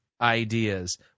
ideas